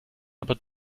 aber